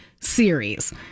series